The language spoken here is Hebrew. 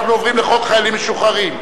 אנחנו עוברים לחוק חיילים משוחררים,